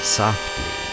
softly